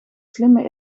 slimme